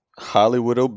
Hollywood